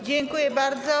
Dziękuję bardzo.